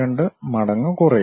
82 മടങ്ങ് കുറയും